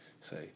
say